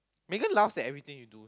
Megan laughs at everything you do